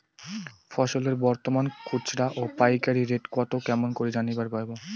ফসলের বর্তমান খুচরা ও পাইকারি রেট কতো কেমন করি জানিবার পারবো?